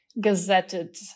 gazetted